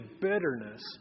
bitterness